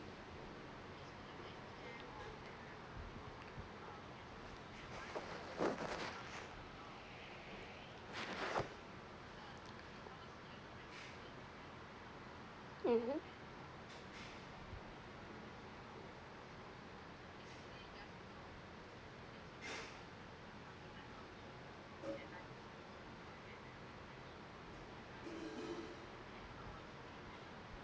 mmhmm